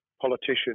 politician